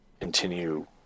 continue